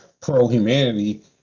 pro-humanity